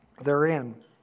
therein